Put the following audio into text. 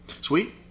Sweet